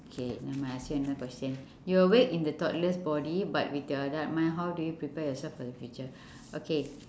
okay never mind I ask you another question you awake in a toddler's body but with your adult mind how do you prepare yourself for the future okay